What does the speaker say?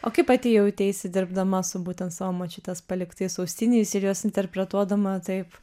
o kaip pati jauteisi dirbdama su būtent savo močiutės paliktais austiniais ir juos interpretuodama taip